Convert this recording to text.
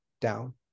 down